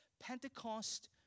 Pentecost